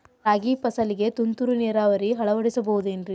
ರಾಗಿ ಫಸಲಿಗೆ ತುಂತುರು ನೇರಾವರಿ ಅಳವಡಿಸಬಹುದೇನ್ರಿ?